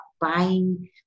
buying